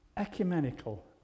Ecumenical